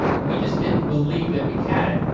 we just didn't believe that we had it.